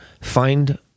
find